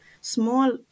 small